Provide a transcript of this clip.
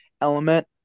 element